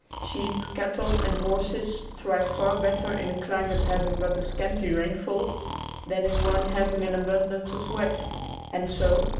sheep, cattle and horses thrive far better in a climate having but a scanty rainfall than in one having an abundance of wet and so,